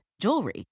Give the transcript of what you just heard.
jewelry